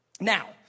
Now